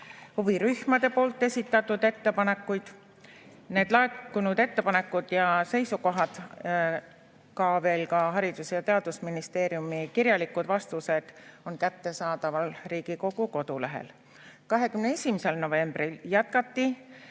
huvirühmade esitatud ettepanekuid. Laekunud ettepanekud ja seisukohad ja ka Haridus‑ ja Teadusministeeriumi kirjalikud vastused on kättesaadavad Riigikogu kodulehel. 21. novembril alustati